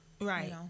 Right